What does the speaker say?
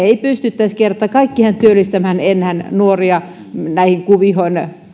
pystyisi kerta kaikkiaan työllistämään enää nuoria näihin kuvioihin